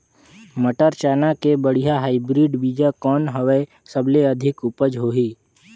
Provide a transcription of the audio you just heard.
मटर, चना के बढ़िया हाईब्रिड बीजा कौन हवय? सबले अधिक उपज होही?